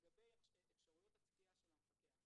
לגבי אפשרויות הצפייה של המפקח,